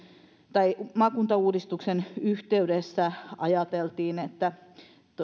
tai maakuntauudistuksen yhteydessä ajateltiin että